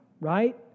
right